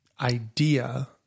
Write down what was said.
idea